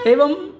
एवम्